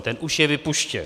Ten už je vypuštěn.